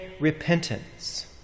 repentance